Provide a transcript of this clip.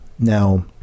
Now